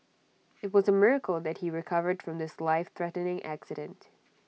IT was A miracle that he recovered from this lifethreatening accident